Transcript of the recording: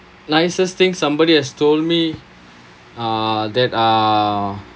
nicest thing somebody has told me uh that uh